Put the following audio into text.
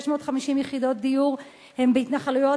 650 יחידות דיור הן בהתנחלויות,